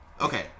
Okay